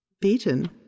Beaten